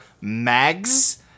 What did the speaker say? Mags